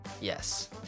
Yes